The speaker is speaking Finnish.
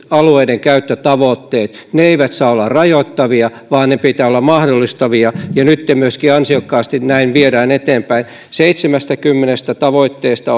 alueidenkäyttötavoitteet eivät saa olla rajoittavia vaan niiden pitää olla mahdollistavia ja nyt myöskin ansiokkaasti näin viedään eteenpäin seitsemästäkymmenestä tavoitteesta